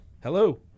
Hello